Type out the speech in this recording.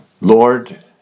Lord